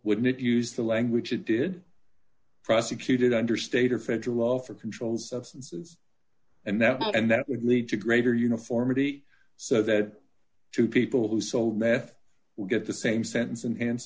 would not use the language it did prosecuted under state or federal law for controlled substances and that and that would lead to greater uniformity so that two people who sold meth would get the same sentence